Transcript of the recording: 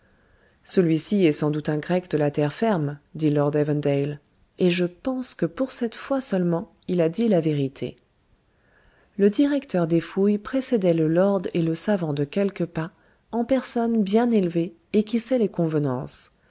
celui-ci est sans doute un grec de la terre ferme dit lord evandale et je pense que pour cette fois seulement il a dit la vérité le directeur des fouilles précédait le lord et le savant de quelques pas en personne bien élevée et qui sait les convenances